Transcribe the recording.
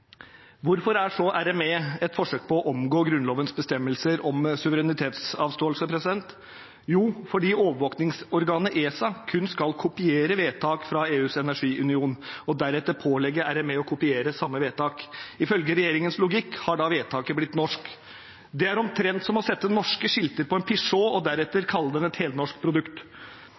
Hvorfor er så RME et forsøk på å omgå Grunnlovens bestemmelser om suverenitetsavståelse? Jo, fordi overvåkningsorganet ESA kun skal kopiere vedtak fra EUs energiunion og deretter pålegge RME å kopiere samme vedtak. Ifølge regjeringens logikk har vedtaket da blitt norsk. Det er omtrent som å sette norske skilter på en Peugeot og deretter kalle den et helnorsk produkt.